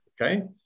Okay